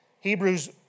Hebrews